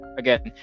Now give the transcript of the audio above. again